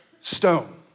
stone